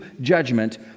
judgment